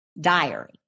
diary